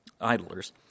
idlers